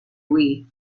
wii